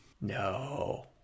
No